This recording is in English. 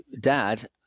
dad